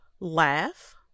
Laugh